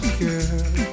girl